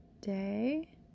day